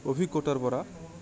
অভিজ্ঞতাৰ পৰা